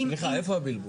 סליחה, איפה הבלבול?